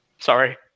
sorry